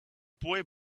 boy